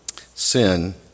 Sin